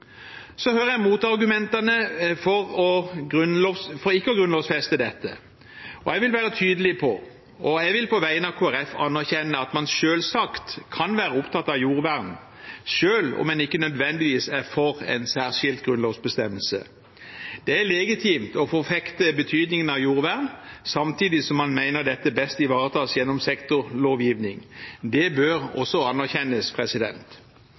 Så hører jeg argumentene mot å grunnlovfeste dette, og jeg vil være tydelig på og vil på vegne av Kristelig Folkeparti anerkjenne at man selvsagt kan være opptatt av jordvern, selv om man ikke nødvendigvis er for en særskilt grunnlovsbestemmelse. Det er legitimt å forfekte betydningen av jordvern samtidig som man mener dette best ivaretas gjennom sektorlovgivning. Det bør også anerkjennes.